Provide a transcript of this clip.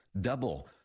double